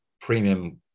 premium